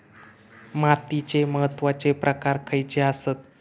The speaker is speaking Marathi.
मातीचे महत्वाचे प्रकार खयचे आसत?